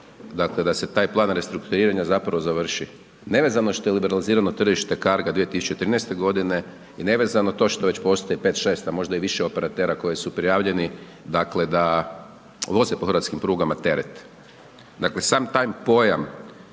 dakle, da se taj plan restrukturiranja zapravo završi, nevezano što je liberalizirano tržište Carga 2013.g. i nevezano to što već postoji 5, 6, a možda i više operatera koji su prijavljeni, dakle, da voze po hrvatskim prugama teret. Dakle, sam taj pojam